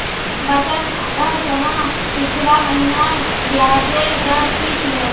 बचत खातर त न पिछला महिनार ब्याजेर दर की छिले